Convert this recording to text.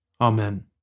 Amen